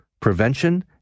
prevention